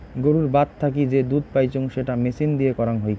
গুরুর বাত থাকি যে দুধ পাইচুঙ সেটা মেচিন দিয়ে করাং হই